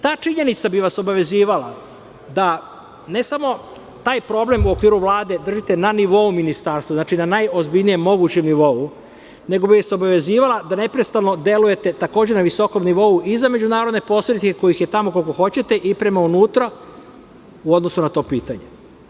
Ta činjenica bi vas obavezivala da ne samo taj problem u okviru Vlade držite na nivou ministarstva, znači na najozbiljnijem mogućem nivou, nego bi vas obavezivala da neprestano delujete takođe na visokom nivou i za međunarodne … kojih je tamo koliko hoćete i prema unutra, u odnosu na to pitanje.